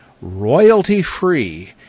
royalty-free